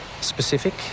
specific